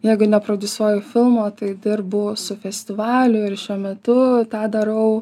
jeigu neprodiusuoju filmo tai dirbu su festivaliu ir šiuo metu tą darau